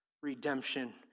redemption